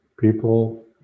People